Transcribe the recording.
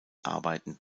arbeiten